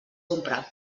compra